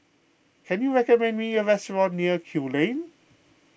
can you recommend me a restaurant near Kew Lane